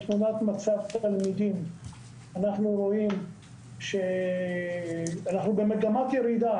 אנחנו רואים שאנחנו במגמת ירידה.